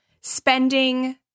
spending